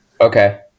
Okay